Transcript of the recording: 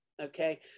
Okay